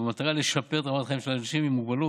ובמטרה לשפר את רמת החיים של אנשים עם מוגבלות,